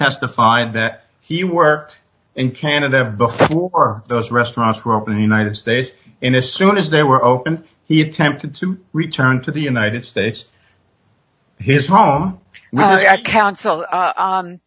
testified that he worked in canada before those restaurants were up in the united states in assoon as they were open he attempted to return to the united states his home counsel